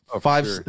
five